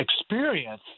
experience